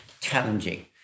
challenging